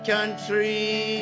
Country